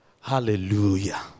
Hallelujah